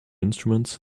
instruments